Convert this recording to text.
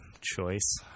choice